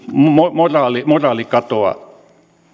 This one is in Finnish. moraalikatoa